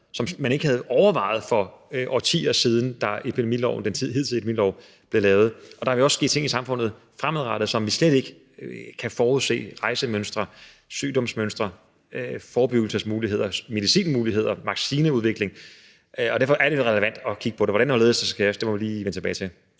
som man ikke havde overvejet for årtier siden, da den hidtidige epidemilov blev lavet. Og der kan jo også ske ting i samfundet fremadrettet, som vi slet ikke kan forudse – rejsemønstre, sygdomsmønstre, forebyggelsesmuligheder, medicinske muligheder, vaccineudvikling – og derfor er det relevant at kigge på det. Hvordan og hvorledes det skal skæres, må vi lige vende tilbage til.